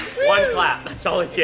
one clap. that's all it yeah